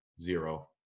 Zero